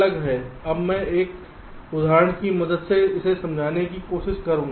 अब मैं एक उदाहरण की मदद से इसे समझाने की कोशिश करूंगा